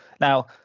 now